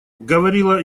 говорила